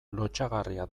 lotsagarria